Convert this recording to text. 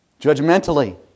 judgmentally